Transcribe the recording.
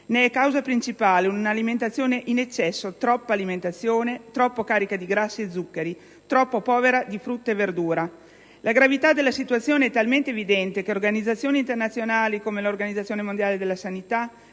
Ne è causa principale una alimentazione in eccesso: troppa alimentazione, troppo carica di grassi e zuccheri, troppo povera di frutta e verdura. La gravità della situazione è talmente evidente che organizzazioni internazionali come l'Organizzazione mondiale della sanità